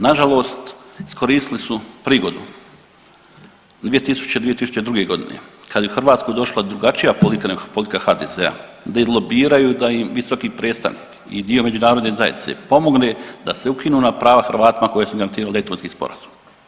Nažalost, iskoristili su prigodu 2000., 2002. godine kad je u Hrvatsku došla drugačija politika nego politika HDZ-a da izlobiraju da im visoki predstavnik i dio međunarodne zajednice pomogne da se ukinu ona prava Hrvatima koja su garantirali Daytonski sporazum.